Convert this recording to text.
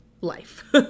life